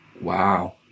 Wow